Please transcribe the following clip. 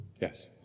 Yes